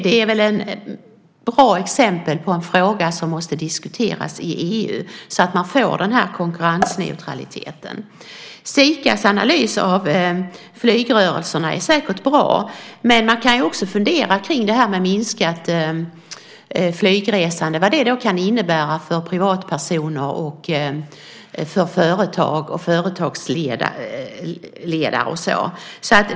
Det är väl ett bra exempel på en fråga som måste diskuteras i EU så att man får konkurrensneutralitet. SIKA:s analyser av flygrörelserna är säkert bra. Men man kan ju också fundera kring vad minskat flygresande kan innebära för privatpersoner och för företag och företagsledare.